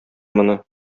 моны